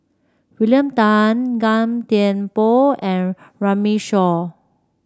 William Tan Gan Thiam Poh and Runme Shaw